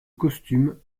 costume